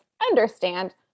understand